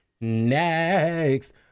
next